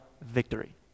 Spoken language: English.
victory